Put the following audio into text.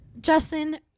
Justin